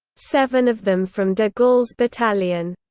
seven of them from de gaulle's battalion.